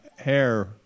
hair